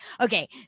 okay